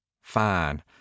Fine